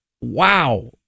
wow